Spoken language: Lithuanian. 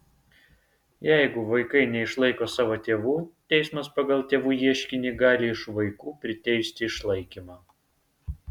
jeigu vaikai neišlaiko savo tėvų teismas pagal tėvų ieškinį gali iš vaikų priteisti išlaikymą